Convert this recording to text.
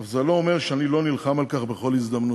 אך זה לא אומר שאני לא נלחם על כך בכל הזדמנות.